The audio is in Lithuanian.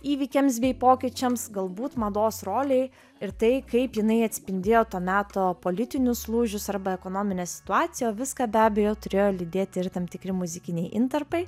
įvykiams bei pokyčiams galbūt mados rolei ir tai kaip jinai atspindėjo to meto politinius lūžius arba ekonominę situaciją viską be abejo turėjo lydėti ir tam tikri muzikiniai intarpai